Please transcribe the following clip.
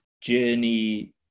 journey